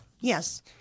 Yes